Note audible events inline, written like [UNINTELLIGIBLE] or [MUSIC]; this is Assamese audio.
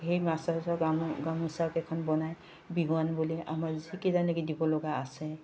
সেই [UNINTELLIGIBLE] গামো গামোচা কেইখন বনাই বিহুৱান বুলি আমাৰ যিকেইজনীক দিব লগা আছে